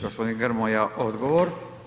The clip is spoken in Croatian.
Gospodin Grmoja, odgovor.